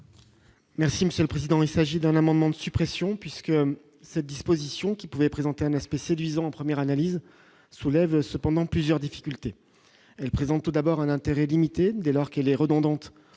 Merci monsieur le président, il s'agit d'un amendement de suppression puisque cette disposition qui pouvait présenter un aspect séduisant premières analyses soulève cependant plusieurs difficultés présente tout d'abord un intérêt limité dès lors qu'elle est redondante